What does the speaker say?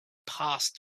passed